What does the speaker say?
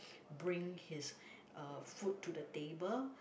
bring his uh food to the table